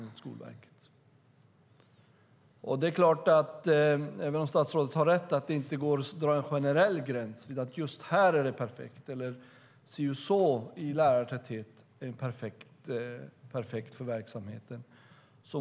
Statsrådet har självklart rätt i att det inte går att dra en generell gräns och säga att en viss lärartäthet är perfekt för verksamheten.